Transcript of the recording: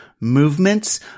movements